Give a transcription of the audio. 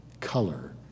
color